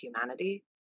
humanity